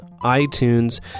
iTunes